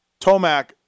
Tomac